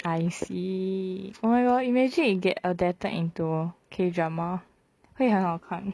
I see oh my god imagine you get adapted into K drama 会很好看